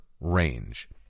range